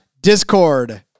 Discord